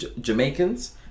Jamaicans